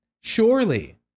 surely